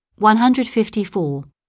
154